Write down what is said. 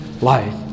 life